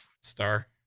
star